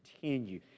continue